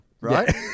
right